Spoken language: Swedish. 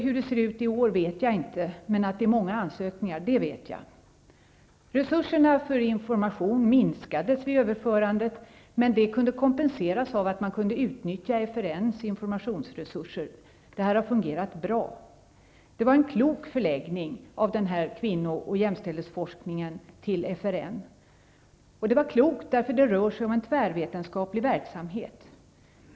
Hur det ser ut i år vet jag ännu inte, men jag vet att det är många ansökningar. Resurserna för information minskades vid överförandet av JÄMFO:s uppgifter till FRN, men det kunde kompenseras av att man kunde utnyttja FRN:s informationsresurser. Det har fungerat bra. Förläggningen av kvinno och jämställdhetsforskningen till FRN var klok. Det rör sig nämligen om tvärvetenskaplig verksamhet.